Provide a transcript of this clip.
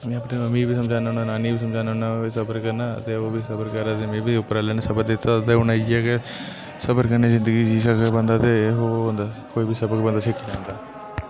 मैं अपनी मम्मी बी समझाना होंना नानी बी समझाना होंना सबर करना ते ओ बी सबर करा दे मैं बी उप्पर आह्ले न सबर दित्ते दा ते उन्न इ'यां गे सबर कन्ने जिंदगी जी सकदा बंदा ते होंर कोई बी सबक बंदा सिक्खी लैंदा